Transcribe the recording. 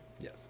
Yes